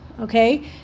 okay